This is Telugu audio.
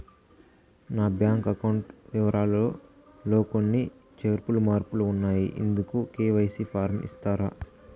నా బ్యాంకు అకౌంట్ వివరాలు లో కొన్ని చేర్పులు మార్పులు ఉన్నాయి, ఇందుకు కె.వై.సి ఫారం ఇస్తారా?